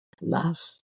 love